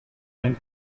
ein